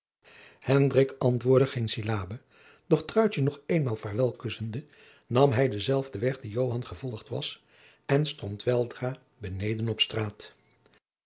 antwoordde geene syllabe doch truitje nog eenmaal vaarwel kussende nam hij denzelfden weg dien joan gevolgd was en stond weldra beneden op straat